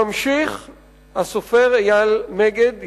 ממשיך הסופר אייל מגד,